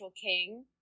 king